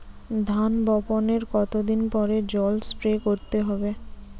ধান বপনের কতদিন পরে জল স্প্রে করতে হবে?